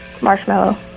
Marshmallow